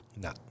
No